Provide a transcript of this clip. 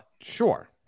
Sure